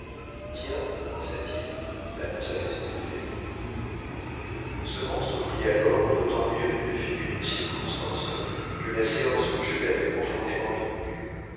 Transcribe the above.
tiens pensa-t-il l'annonce a fait son effet ce monstre prit alors d'autant mieux une figure de circonstance que la séance au jeu l'avait profondément ému